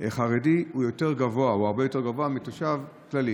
חרדי היא הרבה יותר גבוהה משל תושב כללי.